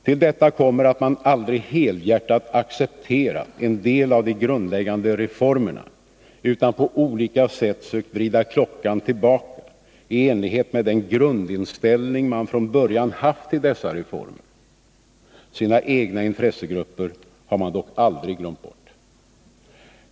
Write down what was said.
Till detta kommer att man aldrig helhjärtat accepterat en del av de grundläggande reformerna utan på olika sätt sökt vrida klockan tillbaka i enlighet med den grundinställning man från början haft till dessa reformer. Sina egna intressegrupper har man dock aldrig glömt bort.